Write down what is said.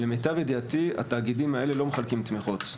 למיטב ידיעתי התאגידים האלה לא מחלקים תמיכות.